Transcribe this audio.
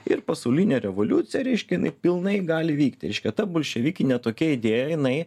ir pasaulina revoliucija reiškia jinai pilnai gali vykti reiškia ta bolševikinė tokia idėja jinai